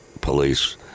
Police